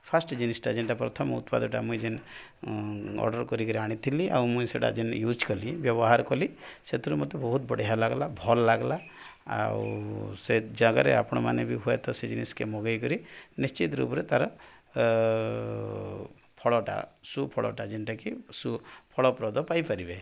first ଜିନିଷ୍ଟା ଯେନ୍ଟା ପ୍ରଥମ ଉତ୍ପାଦଟା ମୁଇଁ ଯେନ୍ ଅର୍ଡ଼ର୍ କରିକିରି ଆଣିଥିଲି ଆଉ ମୁଇଁ ସେଟା ଯେନ୍ ୟୁଜ୍ କଲି ବ୍ୟବହାର୍ କଲି ସେଥିରୁ ମତେ ବହୁତ୍ ବଢ଼ିଆ ଲାଗ୍ଲା ଭଲ୍ ଲାଗ୍ଲା ଆଉ ସେ ଜାଗାରେ ଆପଣ୍ମାନେ ବି ହୁଏତ ସେ ଜିନିଷ୍କେ ମଗେଇକରି ନିଶ୍ଚିତ ରୂପରେ ତା'ର୍ ଫଳଟା ସୁଫଳଟା ଯେନ୍ଟାକି ସୁଫଳପ୍ରଦ ପାଇପାର୍ବେ